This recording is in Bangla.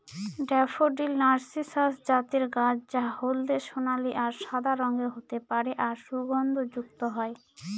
ড্যাফোডিল নার্সিসাস জাতের গাছ যা হলদে সোনালী আর সাদা রঙের হতে পারে আর সুগন্ধযুক্ত হয়